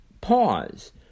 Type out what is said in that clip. pause